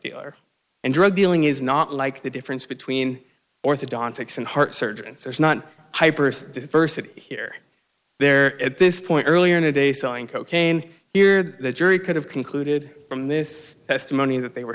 dealer and drug dealing is not like the difference between orthodontics and heart surgeons there's not a diversity here there at this point earlier today selling cocaine here the jury could have concluded from this testimony that they were